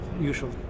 usual